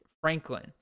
Franklin